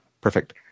Perfect